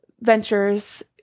Ventures